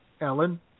Ellen